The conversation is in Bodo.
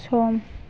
सम